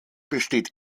besteht